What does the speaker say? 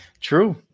True